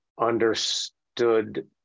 understood